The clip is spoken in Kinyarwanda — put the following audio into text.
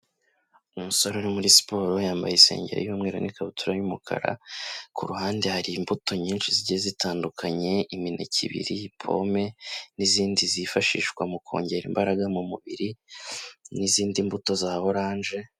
Umusore uri muri siporo yambaye isengeri y'umweru n'ikabutura y'umukara, ku ruhande hari imbuto nyinshi zigiye zitandukanye; imineke ibiri, pome n'izindi zifashishwa mu kongera imbaraga mu mubiri n'izindi mbuto za oranje.